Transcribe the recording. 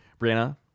Brianna